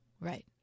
Right